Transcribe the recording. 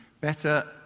better